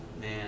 Man